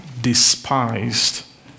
despised